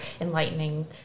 enlightening